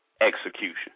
execution